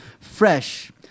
fresh